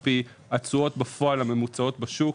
על פי התשואות בפועל הממוצעות בשוק.